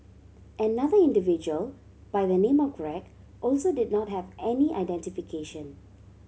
another individual by the name of Greg also did not have any identification